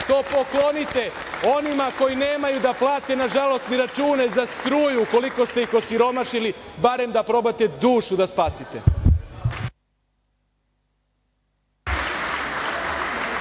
To poklonite onima koji nemaju da plate nažalost ni račune za struju koliko ste ih osiromašili, barem da probate dušu da spasite.